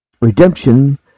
Redemption